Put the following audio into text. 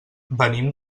venim